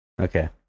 Okay